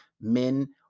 men